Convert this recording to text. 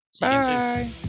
Bye